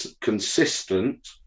consistent